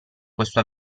questo